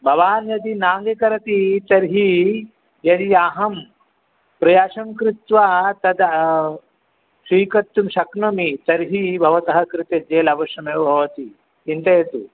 भवान् यदि नाङ्गीकरोति तर्हि यदि अहं प्रयासं कृत्वा तद् श्वीकर्तुं शक्नोमि तर्हि बवतः कृते जेल् अवश्यमेव भवति चिन्तयतु